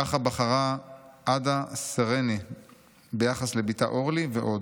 ככה בחרה עדה סרני ביחס לבתה אורלי, ועוד.